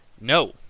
No